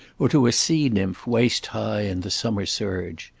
or to a sea-nymph waist-high in the summer surge.